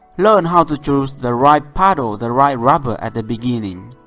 learn how to choose the right paddle, the right rubber at the beginning.